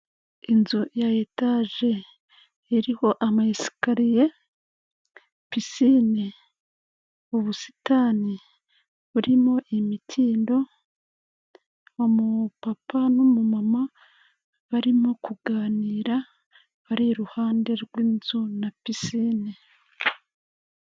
Inzu ya etaje iriho amayesikariye, pisine, ubusitani burimo imikindo, umupapa n'umumama barimo kuganira bari iruhande rw'inzu na pisine.